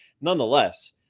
nonetheless